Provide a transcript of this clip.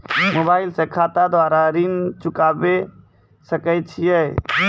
Mobile से खाता द्वारा ऋण चुकाबै सकय छियै?